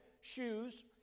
shoes